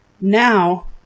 Now